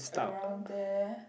around there